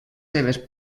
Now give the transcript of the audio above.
seves